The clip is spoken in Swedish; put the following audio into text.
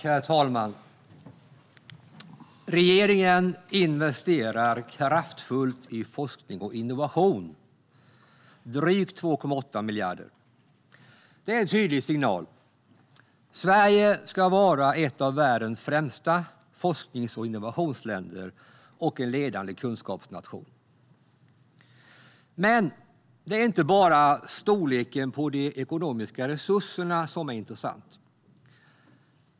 Herr talman! Regeringen investerar kraftfullt i forskning och innovation - drygt 2,8 miljarder. Det är en tydlig signal. Sverige ska vara ett av världens främsta forsknings och innovationsländer och en ledande kunskapsnation. Det är dock inte bara storleken på de ekonomiska resurserna som är intressant.